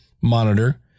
monitor